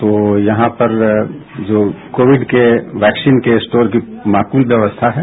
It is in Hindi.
तो यहां पर जो कोविड के वैक्सीन के स्टोर की मार्किंग व्यवस्था है